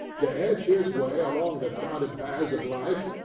to edge his way along the crowded paths of life,